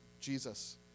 Jesus